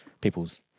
people's